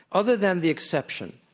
other than the exception,